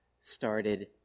started